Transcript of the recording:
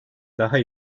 daha